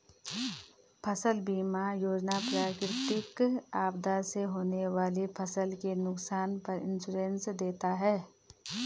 फसल बीमा योजना प्राकृतिक आपदा से होने वाली फसल के नुकसान पर इंश्योरेंस देता है